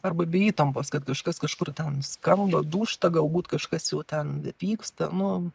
arba be įtampos kad kažkas kažkur ten skamba dūžta galbūt kažkas jau ten vyksta nu